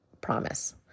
promise